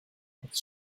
als